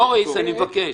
מוריס, אני מבקש.